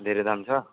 धेरै दाम छ